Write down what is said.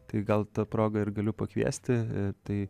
tai gal ta proga ir galiu pakviesti tai